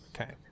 Okay